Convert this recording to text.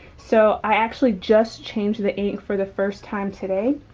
so i actually just changed the ink for the first time today.